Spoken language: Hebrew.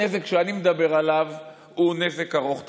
הנזק שאני מדבר עליו הוא נזק ארוך טווח.